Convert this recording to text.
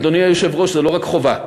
אדוני היושב-ראש, זו לא רק חובה.